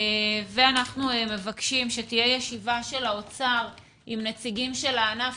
אנחנו מבקשים שתהיה ישיבה של האוצר עם נציגים של הענף